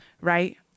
right